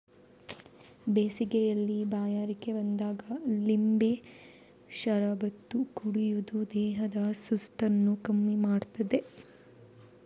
ಬೇಸಿಗೆಯಲ್ಲಿ ಬಾಯಾರಿಕೆ ಬಂದಾಗ ಲಿಂಬೆ ಶರಬತ್ತು ಕುಡಿಯುದು ದೇಹದ ಸುಸ್ತನ್ನ ಕಮ್ಮಿ ಮಾಡ್ತದೆ